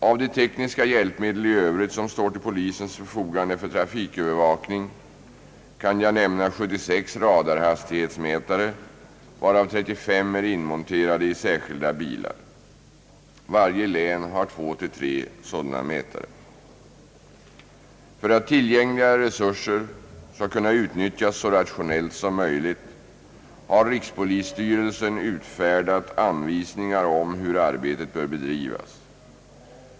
Av de tekniska hjälpmedel i övrigt som står till polisens förfogande för trafikövervakning kan jag nämna 76 radarhastighetsmätare, varav 35 är inmonterade i särskilda bilar. Varje län har 2—3 sådana mätare; För att tillgängliga resurser skall kunna utnyttjas så rationellt som möjligt har rikspolisstyrelsen utfärdat anvisningar om hur arbetet bör bedrivas.